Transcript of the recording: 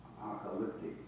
apocalyptic